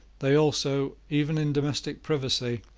they also, even in domestic privacy,